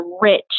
rich